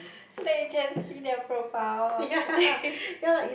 so that you can see their profile or so thing